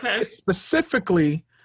specifically